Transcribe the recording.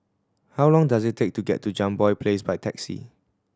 how long does it take to get to Jambol Place by taxi